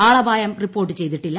ആളപായം report ചെയ്തിട്ടില്ല